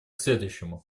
следующему